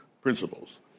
principles